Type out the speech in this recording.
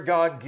God